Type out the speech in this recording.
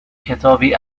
کتابی